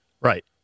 Right